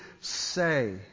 say